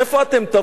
תבואו.